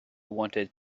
wanted